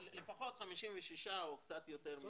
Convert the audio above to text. השר להשכלה גבוהה ומשלימה זאב אלקין: לפחות 56 מיליון או קצת יותר.